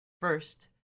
first